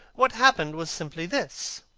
what happened was simply this.